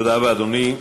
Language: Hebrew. תודה רבה, אדוני.